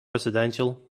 residential